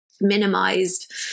minimized